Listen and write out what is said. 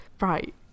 right